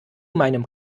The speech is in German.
meinem